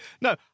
No